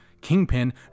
Kingpin